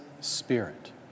Spirit